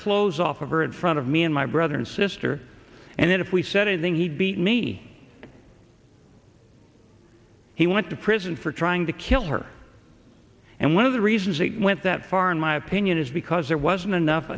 clothes off of her in front of me and my brother and sister and if we said anything he beat me he went to prison for trying to kill her and one of the reasons it went that far in my opinion is because there wasn't enough